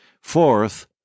Fourth